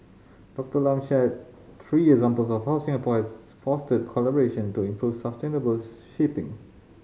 Doctor Lam shared three examples of how Singapore has fostered collaboration to improve sustainable shipping